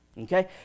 Okay